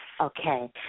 Okay